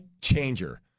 changer